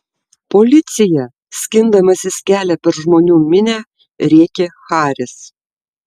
policija skindamasis kelią per žmonių minią rėkė haris